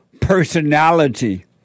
personality